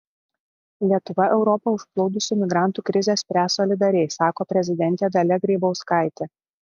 lietuva europą užplūdusių migrantų krizę spręs solidariai sako prezidentė dalia grybauskaitė